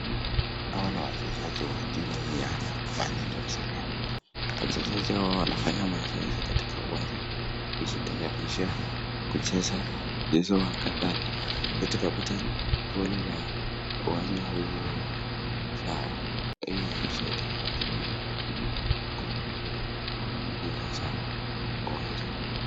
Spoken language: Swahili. Hawa ni wachezaji wa timu ya walinda usalama. Wachezaji hao wanafanya mazoezi katika uwanja kujitayarisha kucheza mchezo wa kadanda. Tunapata kuona uwanja huo ni sawa. Na hiyo husaidia wachezaji katika kupunguza shida za uwanja.